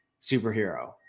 superhero